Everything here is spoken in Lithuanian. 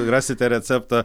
rasite receptą